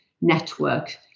network